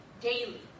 daily